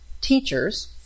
teachers